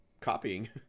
copying